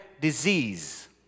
disease